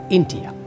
India